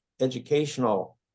educational